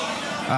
להעביר